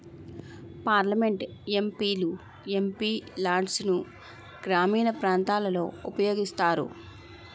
parliament MP లు MP లాడ్సును గ్రామీణ ప్రాంతాలలో వినియోగిస్తారు